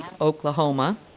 Oklahoma